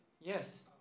Yes